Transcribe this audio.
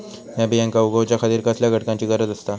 हया बियांक उगौच्या खातिर कसल्या घटकांची गरज आसता?